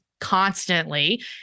constantly